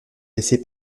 laisser